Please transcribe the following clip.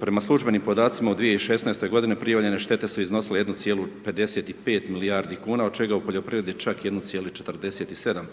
prema službenim podacima u 2016. prijavljene štete su iznosile 1,55 milijardi kuna, od čega u poljoprivredi čak 1,47 milijardi